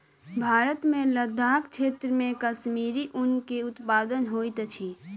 भारत मे लदाख क्षेत्र मे कश्मीरी ऊन के उत्पादन होइत अछि